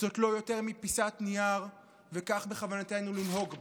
זו לא יותר מפיסת נייר וכך בכוונתנו לנהוג בה.